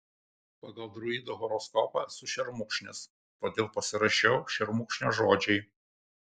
pagal druidų horoskopą esu šermukšnis todėl pasirašiau šermukšnio žodžiai